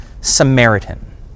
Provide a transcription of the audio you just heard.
Samaritan